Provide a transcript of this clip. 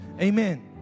Amen